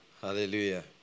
Hallelujah